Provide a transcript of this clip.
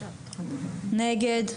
נגד?